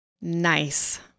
Nice